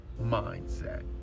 mindset